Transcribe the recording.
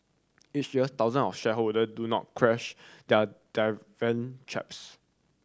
each year thousand of shareholder do not cash their dividend cheques